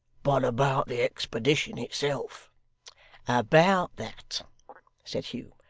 but about the expedition itself about that said hugh,